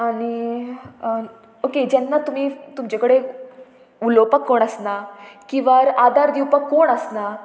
आनी ओके जेन्ना तुमी तुमचे कडेन उलोवपाक कोण आसना किंवां आदार दिवपाक कोण आसना